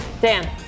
Dan